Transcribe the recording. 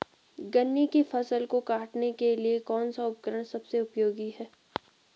गन्ने की फसल को काटने के लिए कौन सा उपकरण सबसे उपयोगी है?